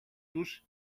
τους